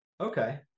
Okay